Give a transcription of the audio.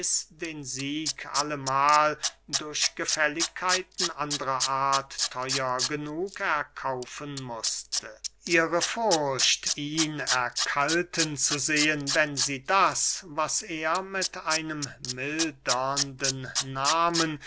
den sieg allemahl durch gefälligkeiten andrer art theuer genug erkaufen mußte ihre furcht ihn erkalten zu sehen wenn sie das was er mit einem mildernden nahmen